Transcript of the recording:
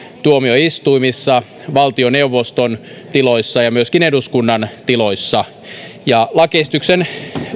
tuomioistuimissa valtioneuvoston tiloissa ja myöskin eduskunnan tiloissa lakiesityksen